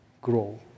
grow